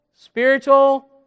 Spiritual